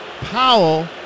Powell